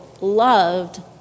loved